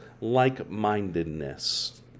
like-mindedness